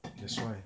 that's why